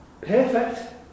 perfect